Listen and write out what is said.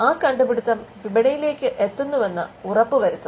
ആ കണ്ടുപിടുത്തം വിപണിയിലേക്ക് എത്തുന്നുവെന്ന് ഉറപ്പുവരുത്തുന്നു